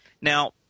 Now